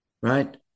Right